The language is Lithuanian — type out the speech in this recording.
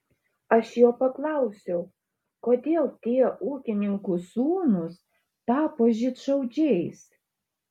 aš jo paklausiau kodėl tie ūkininkų sūnūs tapo žydšaudžiais